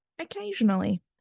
Occasionally